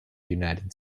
united